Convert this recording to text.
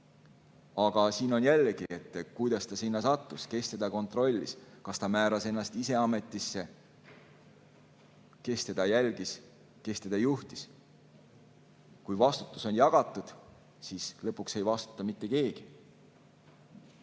Aga jällegi, kuidas ta sinna sattus, kes teda kontrollis: kas ta määras ennast ise ametisse, kes teda jälgis, kes teda juhtis? Kui vastutus on jagatud, siis lõpuks ei vastuta mitte keegi.